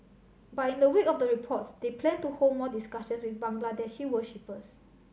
but in the wake of the reports they plan to hold more discussions with Bangladeshi worshippers